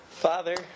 father